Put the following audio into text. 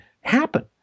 happen